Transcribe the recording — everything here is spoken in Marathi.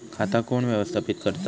खाता कोण व्यवस्थापित करता?